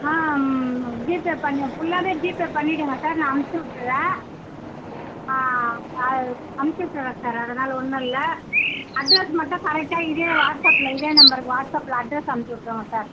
ஆ GPay பண்ணி ஃபுல்லாகவே GPay பண்ணிவிடுங்க சார் நான் அமுச்சிவிட்டுறன் அமுச்சிவிட்டுறன் சார் அதனால் ஒன்று இல்லை அட்ரஸ் மட்டும் கரெக்ட்டாக இதே வாட்ஸபில் இதே நம்பருக்கு வாட்ஸபில் அட்ரஸ் அமுச்சிவிட்ருங்க சார்